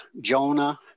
Jonah